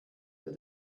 with